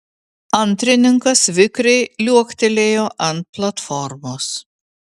antrininkas vikriai liuoktelėjo ant platformos